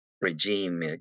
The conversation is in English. regime